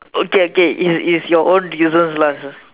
okay okay it's it's your own reasons lah